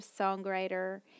songwriter